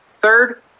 Third